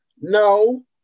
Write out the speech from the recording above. no